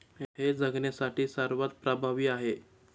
हे जगण्यासाठी सर्वात प्रभावी आहे